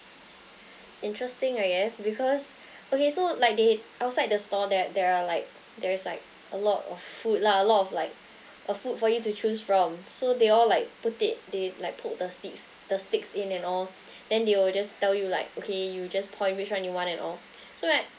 interesting I guess because okay so like they outside the stall there there are like there is like a lot of food lah a lot of like uh food for you to choose from so they all like put it they like put the sticks the sticks in and all then they will just tell you like okay you just point which one you want and all so like